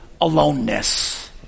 aloneness